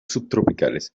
subtropicales